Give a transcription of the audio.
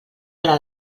gra